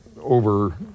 over